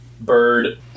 Bird